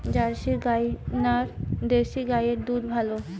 Jersey গাই না দেশী গাইয়ের দুধ ভালো?